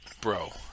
Bro